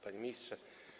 Panie Ministrze!